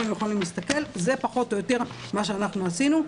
זה פחות או יותר מה שעשינו,